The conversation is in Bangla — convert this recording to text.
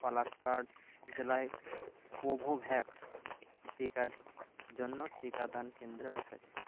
পালাক্কাড় জেলায় কোভোভ্যাক্স টিকার জন্য টিকাদান কেন্দ্র বাছাই করুন